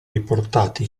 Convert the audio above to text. riportati